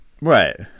Right